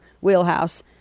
wheelhouse